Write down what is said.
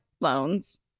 loans